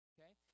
Okay